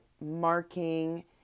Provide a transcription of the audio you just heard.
marking